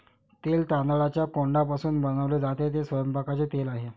तेल तांदळाच्या कोंडापासून बनवले जाते, ते स्वयंपाकाचे तेल आहे